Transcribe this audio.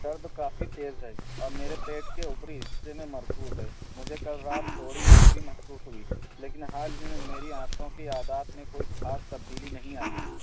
درد کافی تیز ہے اور میرے پیٹ کے اوپری حصے میں مرکوز ہے مجھے کل رات تھوڑی متلی محسوس ہوئی لیکن حال ہی میں میری آنتوں کی عادات میں کوئی خاص تبدیلی نہیں آئی ہے